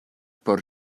por